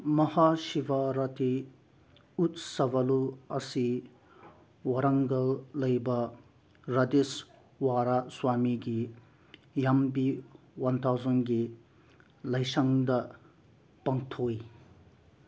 ꯃꯍꯥꯁꯤꯕꯔꯥꯇꯤ ꯎꯠꯁꯕꯂꯨ ꯑꯁꯤ ꯋꯥꯔꯪꯒꯜ ꯂꯩꯕ ꯔꯗꯤꯁꯋꯥꯔꯥ ꯁ꯭ꯋꯥꯃꯤꯒꯤ ꯌꯨꯝꯕꯤ ꯋꯥꯟ ꯊꯥꯎꯖꯟꯒꯤ ꯂꯥꯏꯁꯪꯗ ꯄꯥꯡꯊꯣꯛꯏ